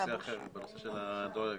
נשמח לשמוע את התייחסותך לתרשים סביבה,